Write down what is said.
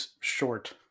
short